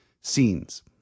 Scenes